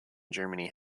germany